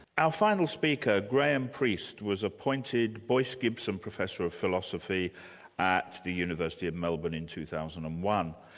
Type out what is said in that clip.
our final speaker, graham priest was appointed boyce gibson professor of philosophy at the university of melbourne in two thousand and one.